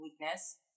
weakness